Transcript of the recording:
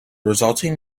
resulting